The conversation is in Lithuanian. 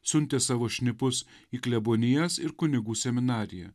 siuntė savo šnipus į klebonijas ir kunigų seminariją